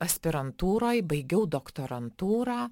aspirantūroj baigiau doktorantūrą